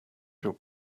your